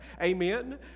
amen